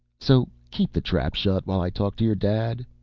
so keep the trap shut while i talk to your dad.